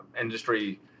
industry